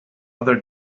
other